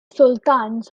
sultans